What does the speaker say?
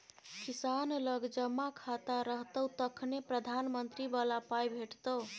किसान लग जमा खाता रहतौ तखने प्रधानमंत्री बला पाय भेटितो